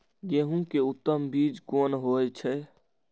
गेंहू के उत्तम बीज कोन होय छे?